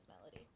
melody